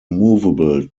movable